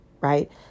right